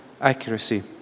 accuracy